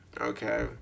okay